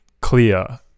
clear